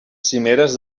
cimeres